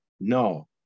no